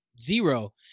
zero